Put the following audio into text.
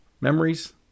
memories